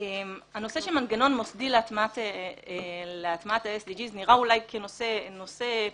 הנושא של מנגנון מוסדי להטמעת ה-SDGs נראה אולי כנושא פעוט,